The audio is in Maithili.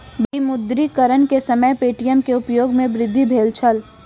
विमुद्रीकरण के समय पे.टी.एम के उपयोग में वृद्धि भेल छल